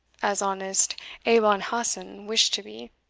as honest abon hassan wished to be,